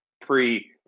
pre